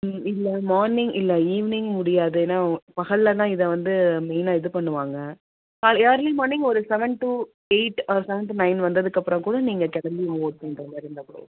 ம் இல்லை மார்னிங் இல்லை ஈவ்னிங் முடியாது ஏன்னால் பகலிலன்னா இது வந்து மெயினாக இது பண்ணுவாங்கள் கா இயர்லி மார்னிங் ஒரு seven to eight or seven to nine வந்ததுக்கப்புறம் கூட நீங்கள் கிளம்பி இருந்தாக்கூட போதும்